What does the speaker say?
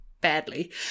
badly